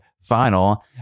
final